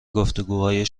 گفتگوهای